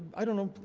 i don't know,